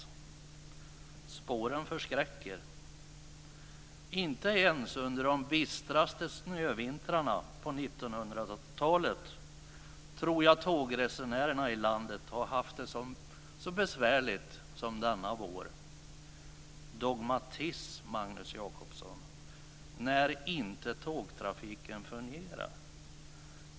Spåren förskräcker. Inte ens under de bistraste snövintrarna på 1900-talet tror jag att tågresenärerna i landet har haft det så besvärligt som denna vår. Dogmatism, talar Magnus Jacobsson om - när inte tågtrafiken fungerar!